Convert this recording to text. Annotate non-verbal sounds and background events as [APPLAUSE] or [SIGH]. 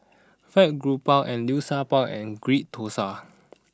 Fried Garoupa and Liu Sha Bao and Ghee Thosai [NOISE]